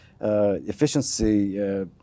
efficiency